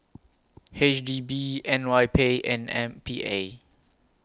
H D B N Y P and M P A